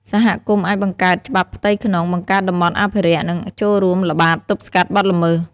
សហគមន៍អាចបង្កើតច្បាប់ផ្ទៃក្នុង បង្កើតតំបន់អភិរក្ស និងចូលរួមល្បាតទប់ស្កាត់បទល្មើស។